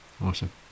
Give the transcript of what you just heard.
awesome